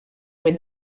when